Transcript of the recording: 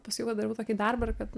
pasakiau kad darau tokį darbą ir kad